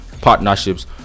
partnerships